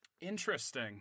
interesting